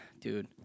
Dude